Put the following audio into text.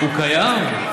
הוא קיים.